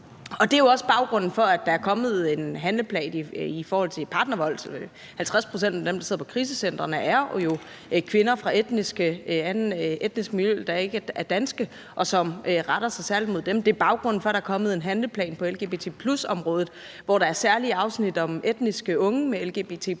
og det er jo også baggrunden for, at der er kommet en handleplan i forhold til partnervold. 50 pct. af dem, der sidder på krisecentrene, er kvinder med en anden etnisk baggrund end dansk, og handleplanen retter sig særlig mod dem. Det er baggrunden for, at der er kommet en handleplan på lgbt+-området, hvor der er et særligt afsnit om unge med anden